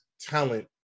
talent